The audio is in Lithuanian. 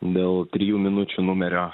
dėl trijų minučių numerio